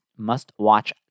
must-watch